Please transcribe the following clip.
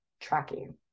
tracking